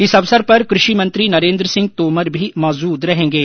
इस अवसर पर कृषि मंत्री नरेन्द्र सिंह तोमर भी मौजूद रहेंगे